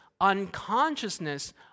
unconsciousness